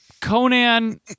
Conan